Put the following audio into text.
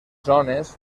zones